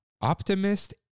Optimist